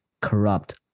corrupt